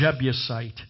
Jebusite